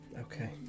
Okay